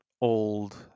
old